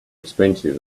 expensive